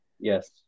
Yes